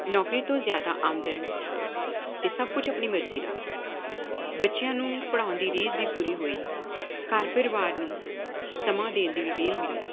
ਨੌਕਰੀ ਤੋਂ ਜ਼ਿਆਦਾ ਆਮਦਨ ਅਤੇ ਸਭ ਕੁਝ ਆਪਣੀ ਮਰਜ਼ੀ ਦਾ ਬੱਚਿਆਂ ਨੂੰ ਪੜ੍ਹਾਉਣ ਦੀ ਰੀਝ ਵੀ ਪੂਰੀ ਹੋਈ ਘਰ ਪਰਿਵਾਰ ਨੂੰ ਸਮਾਂ ਦੇਣ ਦਾ ਵੀ ਵਿਹਲ ਮਿਲਿਆ